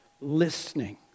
listening